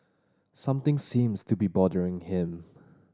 something seems to be bothering him